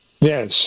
Yes